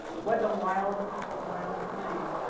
what a wild wild time.